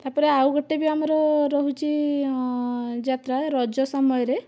ତା'ପରେ ଆଉ ଗୋଟିଏ ବି ଆମର ରହୁଛି ଯାତ୍ରା ରଜ ସମୟରେ